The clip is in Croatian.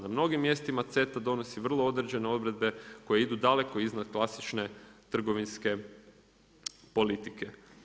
Na mnogim mjestima CETA donosi vrlo određene odredbe koje idu daleko iznad klasične trgovinske politike.